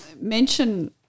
mention